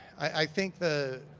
i think the,